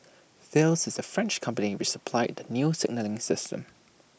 Thales is the French company which supplied the new signalling system